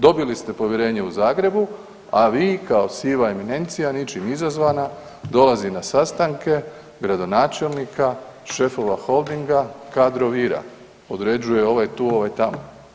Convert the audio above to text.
Dobili ste povjerenje u Zagrebu, a vi kao siva eminencija ničim izazvana dolazi na sastanke gradonačelnika, šefova holdinga, kadrovira, određuje ovaj tu, ovaj tamo.